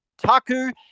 Taku